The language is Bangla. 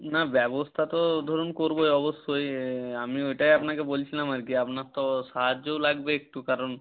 না ব্যবস্থা তো ধরুন করবই অবশ্যই আমি ওটাই আপনাকে বলছিলাম আর কী আপনার তো সাহায্যও লাগবে একটু কারণ